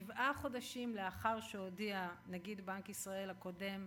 שבעה חודשים לאחר שהודיע נגיד בנק ישראל הקודם